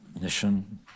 mission